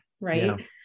Right